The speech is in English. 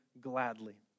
gladly